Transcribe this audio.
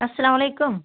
السلام علیکُم